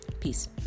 Peace